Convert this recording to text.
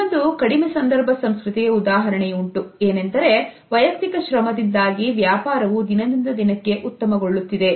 ಇಲ್ಲೊಂದು ಕಡಿಮೆ ಸಂದರ್ಭ ಸಂಸ್ಕೃತಿಗೆ ಉದಾಹರಣೆಯುಂಟು ಏನೆಂದರೆ ವೈಯಕ್ತಿಕ ಶ್ರಮದಿಂದಾಗಿ ವ್ಯಾಪಾರವೂ ದಿನದಿಂದ ದಿನಕ್ಕೆ ಉತ್ತಮಗೊಳ್ಳುತ್ತಿದೆ